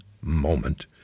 moment